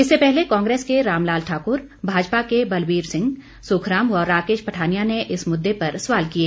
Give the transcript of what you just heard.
इससे पहले कांग्रेस के रामलाल ठाकूर भाजपा के बलवीर सिंह सुखराम व राकेश पठानिया ने इस मुद्दे पर सवाल किए